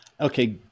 Okay